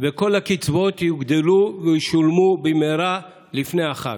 כל הקצבאות יוגדלו וישולמו במהרה לפני החג.